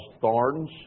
thorns